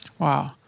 Wow